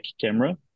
camera